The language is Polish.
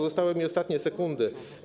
Zostały mi ostatnie sekundy.